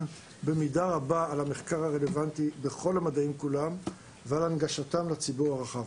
במידה רבה על המחקר הרלוונטי בכל המדעים כולם ועל הנגשתם לציבור הרחב.